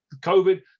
COVID